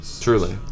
Truly